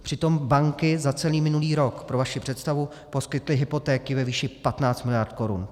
Přitom banky za celý minulý rok, pro vaši představu, poskytly hypotéky ve výši 15 miliard korun.